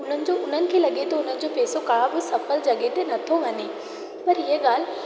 हुनजो उन्हनि खे लॻे थो हुनजो पैसो का बि सफल जॻह ते नथो वञे पर इहा ॻाल्हि